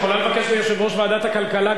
את יכולה לבקש מיושב-ראש ועדת הכלכלה,